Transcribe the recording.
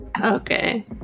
Okay